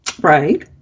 Right